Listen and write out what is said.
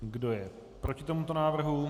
Kdo je proti tomuto návrhu?